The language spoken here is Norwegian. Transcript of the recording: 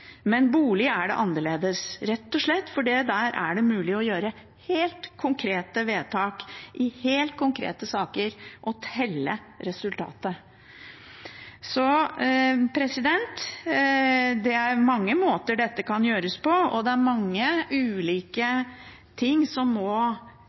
annerledes, rett og slett fordi der er det mulig å gjøre helt konkrete vedtak i helt konkrete saker og telle resultatene. Det er mange måter dette kan gjøres på, og det er mange ulike